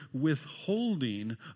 withholding